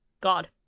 God